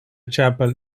chapel